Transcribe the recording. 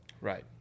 Right